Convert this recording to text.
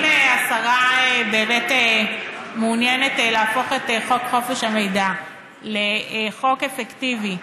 אם השרה באמת מעוניינת להפוך את חוק חופש המידע לחוק אפקטיבי,